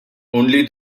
only